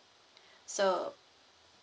so